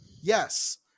Yes